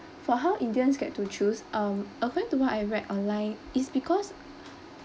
for how indians get to choose um according to what I read online is because